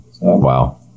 Wow